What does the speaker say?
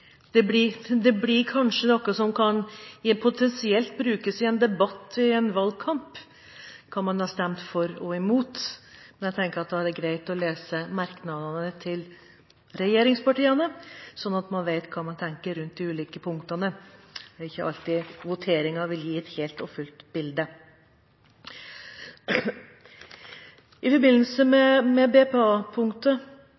blir kanskje noe som potensielt kan brukes i en debatt i en valgkamp. Men jeg tenker at da er det greit å lese merknadene til regjeringspartiene, slik at man vet hva man skal tenke om de ulike punktene. Det er ikke alltid voteringen gir et helt og fullt riktig bilde. I forbindelse